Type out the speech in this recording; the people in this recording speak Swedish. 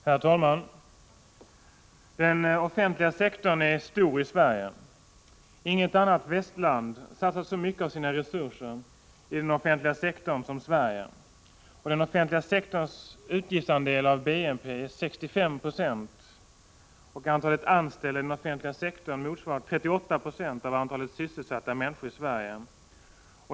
Herr talman! Den offentliga sektorn är stor i Sverige. Inget annat västland satsar så mycket av sina resurser i offentliga sektorn som Sverige. Den offentliga sektorns utgiftsandel av BNP är 65 96, och antalet anställda i den offentliga sektorn motsvarar 38 70 av antalet sysselsatta människor i Sverige.